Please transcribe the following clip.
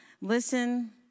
Listen